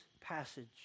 passage